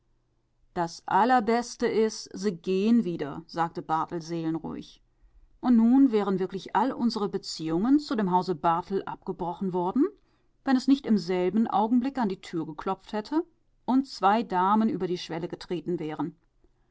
das allerbeste is se gehn wieder sagte barthel seelenruhig und nun wären wirklich all unsere beziehungen zu dem hause barthel abgebrochen worden wenn es nicht im selben augenblick an die tür geklopft hätte und zwei damen über die schwelle getreten wären